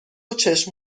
چشم